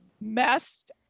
Messed